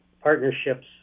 partnerships